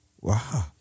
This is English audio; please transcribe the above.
wow